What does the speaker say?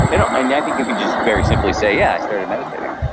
and i and yeah think you can just very simply say, yeah. i started meditating,